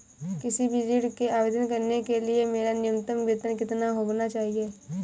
किसी भी ऋण के आवेदन करने के लिए मेरा न्यूनतम वेतन कितना होना चाहिए?